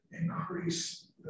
increase